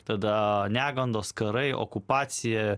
tada negandos karai okupacija